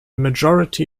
majority